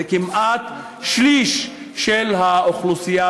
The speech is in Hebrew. כמעט שליש של האוכלוסייה.